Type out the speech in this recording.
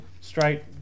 straight